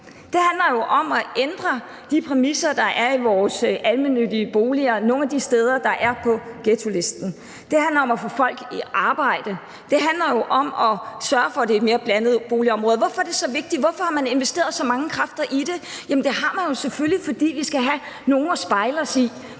det handler om at ændre de præmisser, der er i vores almennyttige boliger nogle af de steder, der er på ghettolisten. Det handler om at få folk i arbejde, det handler om at sørge for, at det er mere blandede boligområder. Hvorfor er det så vigtigt, hvorfor har man investeret så mange kræfter i det? Det har man selvfølgelig, fordi vi skal have nogle at spejle os i.